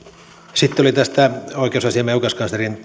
sitten oli tästä oikeusasiamiehen ja oikeuskanslerin